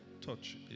Touch